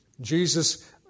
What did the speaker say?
Jesus